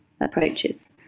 approaches